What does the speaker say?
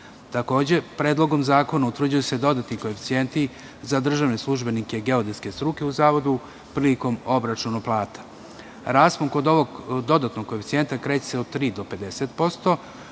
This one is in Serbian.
Takođe, Predlogom zakona utvrđuju se dodatni koeficijenti za državne službenike geodetske struke u Zavodu prilikom obračuna plata. Raspon kod ovog dodatnog koeficijenta kreće se od 3 do 50%